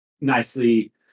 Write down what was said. nicely